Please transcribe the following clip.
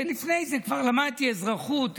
לפני זה כבר למדתי אזרחות,